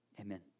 amen